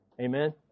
Amen